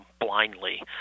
blindly